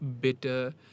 bitter